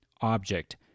object